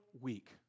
week